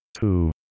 two